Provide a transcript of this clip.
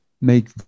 make